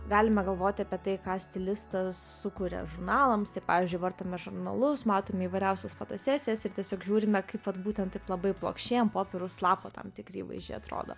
galime galvoti apie tai ką stilistas sukuria žurnalams tai pavyzdžiui vartome žurnalus matome įvairiausias fotosesijas ir tiesiog žiūrime kaip vat būtent taip labai plokščia ant popieriaus lapo tam tikri įvaizdžiai atrodo